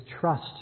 trust